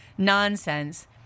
Nonsense